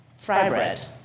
Frybread